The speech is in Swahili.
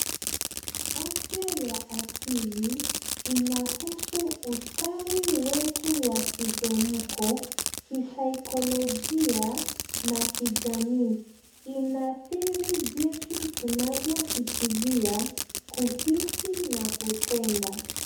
Afya ya akili inahusu ustawi wetu wa kihemko, kisaikolojia na kijamii. Inaathiri jinsi tunavyofikiria, kuhisi na kutenda.